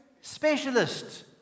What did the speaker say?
specialist